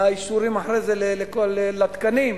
האישורים לתקנים,